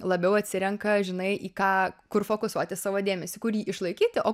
labiau atsirenka žinai į ką kur fokusuoti savo dėmesį kur jį išlaikyti o